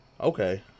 Okay